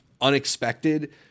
unexpected